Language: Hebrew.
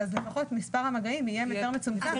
לפחות מספר המגעים יהיה יותר מצומצם.